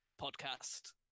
podcast